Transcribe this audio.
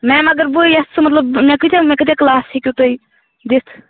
ma'am اگر بہٕ یَژھٕ مطلب مےٚ کۭتیٛاہ مےٚ کۭتیٛاہ کٕلاس ہیٚکِو تُہۍ دِتھ